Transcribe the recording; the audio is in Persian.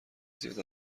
زیاد